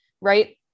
right